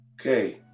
Okay